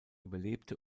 überlebte